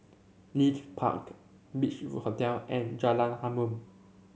Leith Park Beach Hotel and Jalan Harum